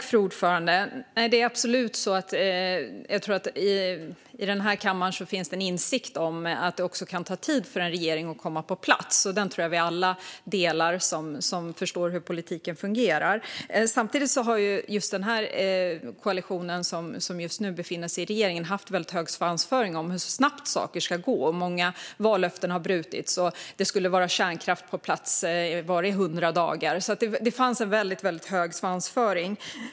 Fru talman! Jag tror absolut att det i den här kammaren finns en insikt om att det kan ta tid för en regering att komma på plats. Den insikten tror jag delas av alla oss som förstår hur politiken fungerar. Samtidigt har just den koalition som nu befinner sig i regeringen haft väldigt hög svansföring om hur snabbt saker ska gå. Många vallöften har brutits. Det skulle vara kärnkraft på plats - var det inom 100 dagar?